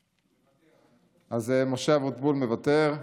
אז משה אבוטבול, מוותר,